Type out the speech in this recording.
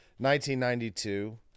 1992